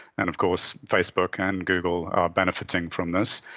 and of course facebook and google are benefiting from this.